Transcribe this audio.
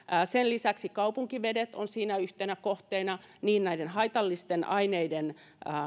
sen lisäksi kaupunkivedet ovat siinä yhtenä kohteena niin haitallisten aineiden